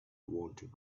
wanted